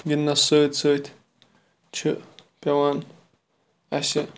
گِنٛدنَس سۭتۍ سۭتۍ چھِ پیٚوان اَسہِ